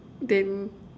then